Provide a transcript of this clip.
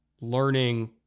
learning